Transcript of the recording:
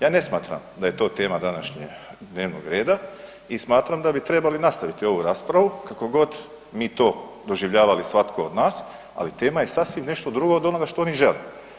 Ja ne smatram da je to tema današnjeg dnevnog reda i smatram da bi trebali nastaviti ovu raspravu kao god mi to doživljavali svatko od nas, ali tema je sasvim nešto drugo od onoga što oni žele.